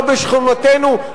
לא בשכונותינו,